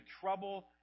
trouble